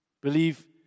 believe